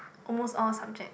almost all subject